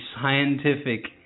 scientific